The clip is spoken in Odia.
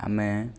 ଆମେ